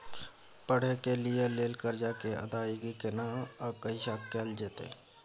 पढै के लिए लेल कर्जा के अदायगी केना आ कहिया कैल जेतै?